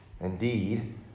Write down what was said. Indeed